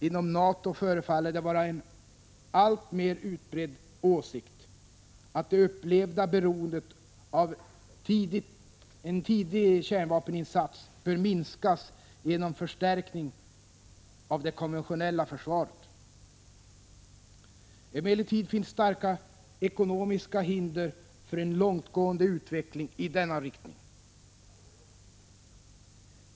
Inom NATO förefaller det vara en alltmer utbredd åsikt, att det upplevda beroendet av tidig kärnvapeninsats bör minskas genom förstärkning av det konventionella försvaret. Emellertid finns starka ekonomiska hinder för en långtgående utveckling i denna riktning.